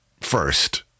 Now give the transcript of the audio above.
first